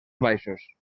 baixos